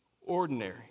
ordinary